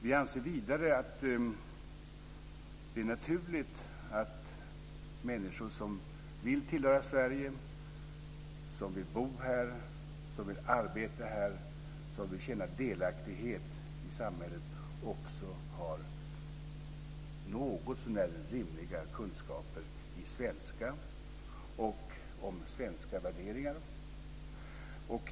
Vi anser vidare att det är naturligt att människor som vill tillhöra Sverige, vill bo och arbeta här och känna delaktighet i samhället också ska ha något så när rimliga kunskaper i svenska och om svenska värderingar.